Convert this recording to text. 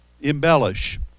embellish